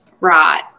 Right